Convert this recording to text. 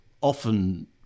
often